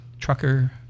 Trucker